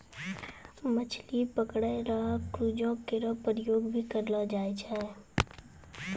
मछली पकरै ल क्रूजो केरो प्रयोग भी करलो जाय छै